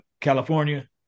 California